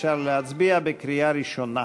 אפשר להצביע בקריאה ראשונה.